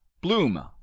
Bloom